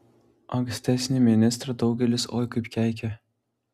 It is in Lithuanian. ankstesnį ministrą daugelis oi kaip keikė